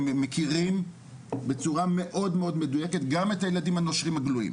הם מכירים בצורה מאוד מדוייקת גם את הילדים הנושרים הגלויים.